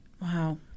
Wow